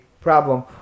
problem